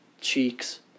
cheeks